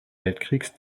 weltkrieges